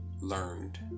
learned